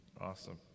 awesome